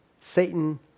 Satan